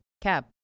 cab